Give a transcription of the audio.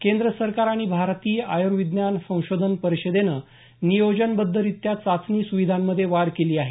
केंद्र सरकार आणि भारतीय आयर्विज्ञान संशोधन परिषदेनं नियोजनबद्धरित्या चाचणी सुविधांमधे वाढ केली आहे